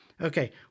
Okay